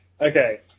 Okay